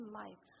life